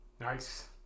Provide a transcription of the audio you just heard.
Nice